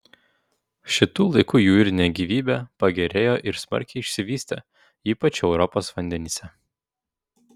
šitų laikų jūrinė gyvybė pagerėjo ir smarkiai išsivystė ypač europos vandenyse